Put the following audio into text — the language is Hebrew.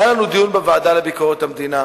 היה לנו דיון בוועדה לביקורת המדינה,